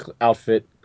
outfit